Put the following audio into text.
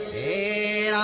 a